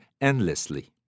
endlessly